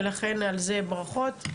ולכן על זה ברכות,